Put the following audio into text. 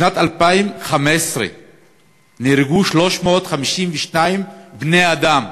בשנת 2015 נהרגו 352 בני-אדם